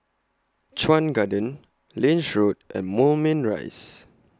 Chuan Garden Lange Road and Moulmein Rise